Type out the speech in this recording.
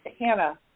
Hannah